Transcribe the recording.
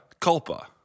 Culpa